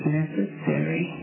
necessary